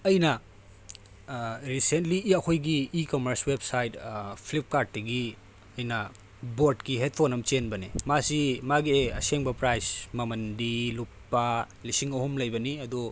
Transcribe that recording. ꯑꯩꯅ ꯔꯤꯁꯦꯟꯂꯤ ꯑꯩꯈꯣꯏꯒꯤ ꯏ ꯀꯃꯔꯁ ꯋꯦꯞꯁꯥꯏꯠ ꯐ꯭ꯂꯤꯞꯀꯥꯔꯠꯇꯒꯤ ꯑꯩꯅ ꯕꯣꯠꯀꯤ ꯍꯦꯠꯐꯣꯟ ꯑꯃ ꯆꯦꯟꯕꯅꯦ ꯃꯥꯁꯤ ꯃꯥꯒꯤ ꯑꯁꯦꯡꯕ ꯄ꯭ꯔꯥꯏꯁ ꯃꯃꯟꯗꯤ ꯂꯨꯄꯥ ꯂꯤꯁꯤꯡ ꯑꯍꯨꯝ ꯂꯩꯕꯅꯤ ꯑꯗꯣ